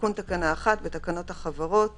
תיקון תקנה 1 1. בתקנות החברות (דיווח,